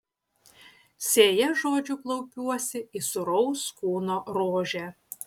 sėja žodžių klaupiuosi į sūraus kūno rožę